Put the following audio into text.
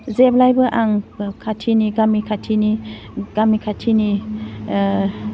जेब्लायबो आं खाथिनि गामि खाथिनि गामि खाथिनि